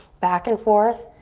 back and forth.